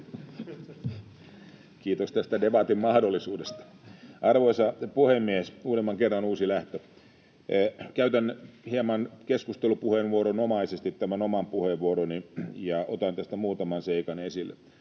Kiitos tästä debatin mahdollisuudesta. Arvoisa puhemies! Uudemman kerran uusi lähtö. Käytän hieman keskustelupuheenvuoronomaisesti tämän oman puheenvuoroni ja otan tästä muutaman seikan esille.